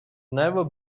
never